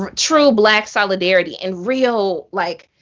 um true black solidarity. and real, like,